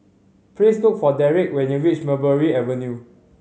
please look for Deric when you reach Mulberry Avenue